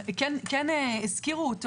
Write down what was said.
מדהים, שהזכירו אותו